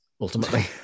ultimately